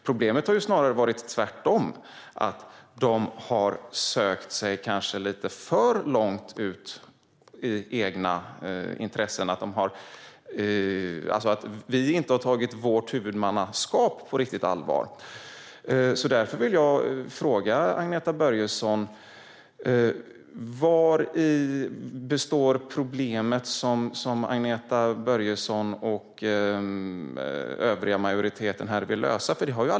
Problemet har snarare varit tvärtom: att de kanske har sökt sig lite för långt ut i egna intressen och att vi inte har tagit vårt huvudmannaskap riktigt på allvar. Därför vill jag fråga Agneta Börjesson: Vari består problemet, som Agneta Börjesson och övriga i majoriteten här vill lösa?